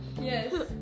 Yes